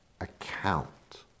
account